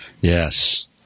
Yes